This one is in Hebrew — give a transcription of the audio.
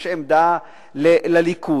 יש עמדה לליכוד,